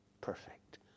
perfect